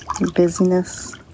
busyness